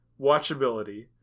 watchability